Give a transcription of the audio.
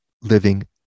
living